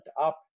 up